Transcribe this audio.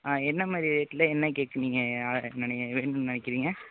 என்ன மாதிரி ரேட்டில் என்ன கேக் நீங்கள் வேணும்னு நினைக்குறீங்க